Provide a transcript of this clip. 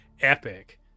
epic